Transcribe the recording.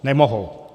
Nemohou.